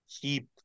keep